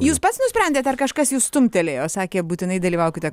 jūs pats nusprendėt ar kažkas jus stumtelėjo sakė būtinai dalyvaukite